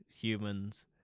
humans